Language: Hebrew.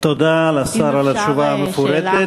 תודה לשר על התשובה המפורטת.